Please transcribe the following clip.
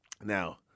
Now